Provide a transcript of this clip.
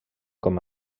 com